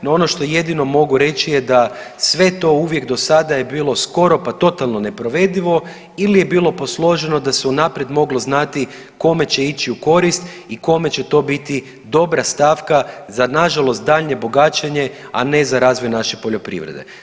No ono što jedino mogu reći je da sve to uvijek do sada je bilo skoro pa totalno neprovedivo ili je bilo posloženo da se unaprijed moglo znati kome će ići u korist i kome će to biti dobra stavka za nažalost daljnje bogaćenje, a ne za razvoj naše poljoprivrede.